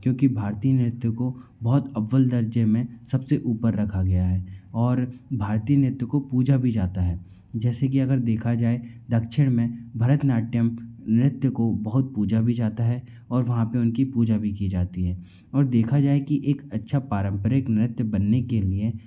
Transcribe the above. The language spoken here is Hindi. क्योंकि भारतीय नृत्य को बहुत अव्वल दर्जे में सब से ऊपर रखा गया है और भारती नृत्य को पूजा भी जाता है जैसे कि अगर देखा जाए दक्षिण में भरतनाट्यम नृत्य को बहुत पूजा भी जाता है और वहाँ पर उनकी पूजा भी की जाती है और देखा जाए कि एक अच्छा पारंपरिक नृत्य बनने के लिए